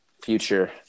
future